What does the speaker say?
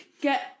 get